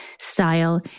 style